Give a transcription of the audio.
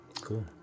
Cool